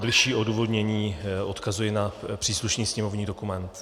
Bližší odůvodnění: odkazuji na příslušný sněmovní dokument.